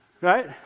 Right